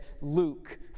Luke